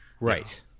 right